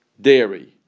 dairy